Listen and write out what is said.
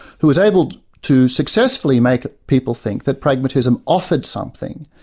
who is able to successfully make people think that pragmatism offered something.